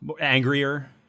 angrier